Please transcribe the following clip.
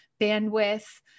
bandwidth